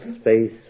space